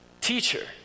Teacher